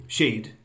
Shade